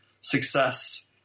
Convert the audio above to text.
success